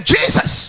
Jesus